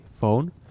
phone